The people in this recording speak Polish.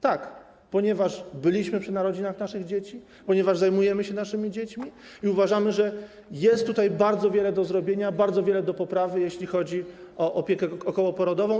Tak, ponieważ byliśmy przy narodzinach naszych dzieci, ponieważ zajmujemy się naszymi dziećmi i uważamy, że jest tutaj bardzo wiele do zrobienia, bardzo wiele do poprawy, jeśli chodzi o opiekę okołoporodową.